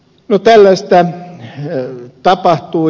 no tällaista tapahtuu